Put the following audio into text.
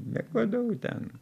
nieko daug ten